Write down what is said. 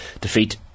defeat